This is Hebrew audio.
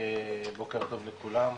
בוקר טוב לכולם.